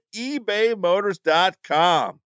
ebaymotors.com